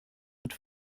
mit